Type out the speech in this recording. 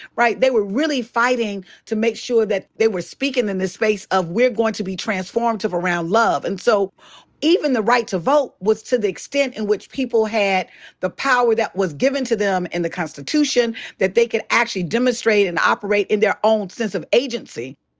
right. they were really fighting to make sure that they were speakin' in this race of we're going to be transformative around love. and so even the right to vote was to the extent in which people had the power that was given to them in the constitution, that they could actually demonstrate and operate in their own sense of agency.